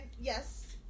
yes